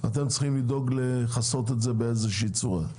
אתם צריכים לדאוג לכסות את זה באיזושהי צורה.